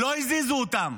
לא הזיזו אותם.